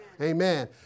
Amen